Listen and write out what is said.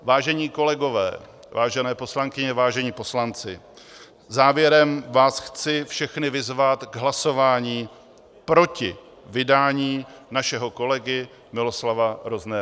Vážení kolegové, vážené poslankyně, vážení poslanci, závěrem vás chci všechny vyzvat k hlasování proti vydání našeho kolegy Miloslava Roznera.